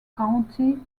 county